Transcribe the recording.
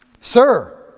Sir